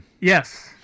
Yes